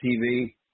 TV